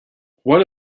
what